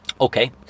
Okay